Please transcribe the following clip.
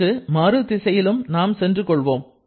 இதற்கு மருது இசையிலும் நாம் சென்று கொள்வோம்